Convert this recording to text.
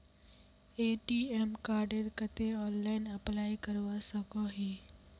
ATM कार्डेर केते online apply करवा सकोहो ही?